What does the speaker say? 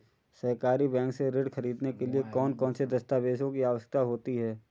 सहकारी बैंक से ऋण ख़रीदने के लिए कौन कौन से दस्तावेजों की ज़रुरत होती है?